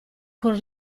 con